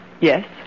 Yes